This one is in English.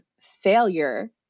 failure